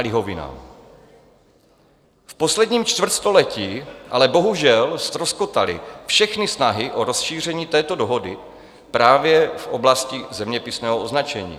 V posledním čtvrtstoletí ale bohužel ztroskotaly všechny snahy o rozšíření této dohody právě v oblasti zeměpisného označení.